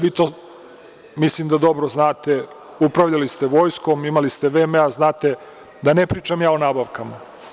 Vi to, mislim da dobro znate, upravljali ste vojskom, imali ste VMA, znate, da ne pričam ja o nabavkama.